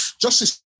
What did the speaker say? Justice